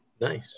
Nice